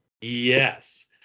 yes